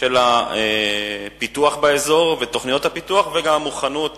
על הפיתוח באזור, תוכניות הפיתוח וגם המוכנות